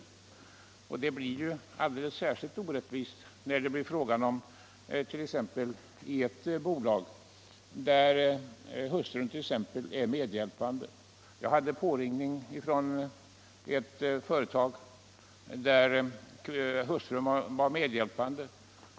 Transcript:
Förhållandet blir alldeles särskilt orättvist när det exempelvis är fråga om ett bolag där hustrun är medhjälpande. Jag hade en påringning från en företagare vars hustru var medhjälpare.